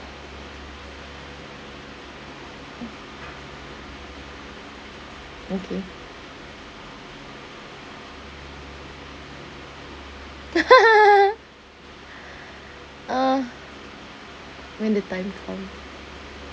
okay uh when the time come